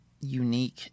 unique